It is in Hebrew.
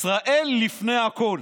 ישראל לפני הכול.